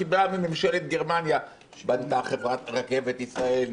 כי --- וממשלת גרמניה בנתה חברת רכבת ישראל,